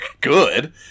good